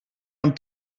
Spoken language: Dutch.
dan